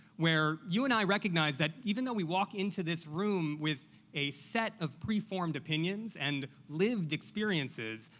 where you and i recognize that even though we walk into this room with a set of pre-formed opinions and lived experiences,